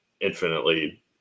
infinitely